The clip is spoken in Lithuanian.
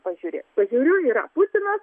pažiūrėt pažiūriu yra putinas